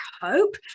hope